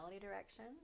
Direction